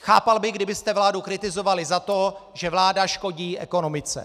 Chápal bych, kdybyste vládu kritizovali za to, že vláda škodí ekonomice.